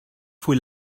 fue